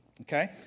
Okay